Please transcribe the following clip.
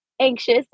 anxious